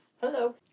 Hello